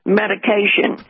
medication